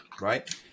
right